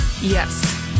Yes